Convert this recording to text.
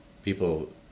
people